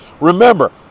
remember